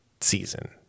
season